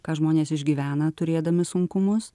ką žmonės išgyvena turėdami sunkumus